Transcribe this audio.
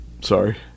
Sorry